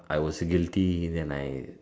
I was guilty and I